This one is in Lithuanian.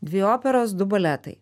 dvi operos du baletai